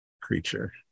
creature